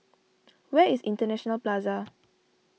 where is International Plaza